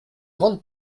grande